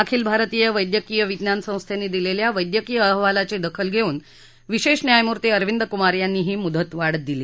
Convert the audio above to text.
अखिल भारतीय वस्कीय विज्ञान संस्थेने दिलेल्या वद्यक्रीय अहवालाची दखल घेऊन विशेष न्यायमूर्ती अरविंद कुमार यांनी ही मुदतवाढ दिली